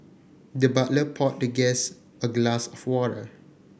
the butler poured the guest a glass of water